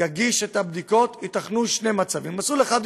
יגיש את הבדיקות ייתכנו שני מצבים: מסלול אחד,